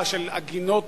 עגינת